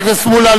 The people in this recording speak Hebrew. חבר הכנסת מולה,